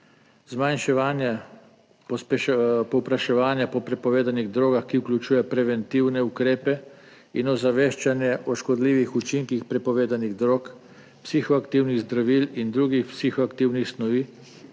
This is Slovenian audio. "Zmanjševanje povpraševanja po prepovedanih drogah, ki vključuje preventivne ukrepe in ozaveščanje o škodljivih učinkih prepovedanih drog, psihoaktivnih zdravil in drugih psihoaktivnih snovi,